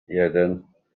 jeden